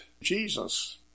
Jesus